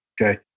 Okay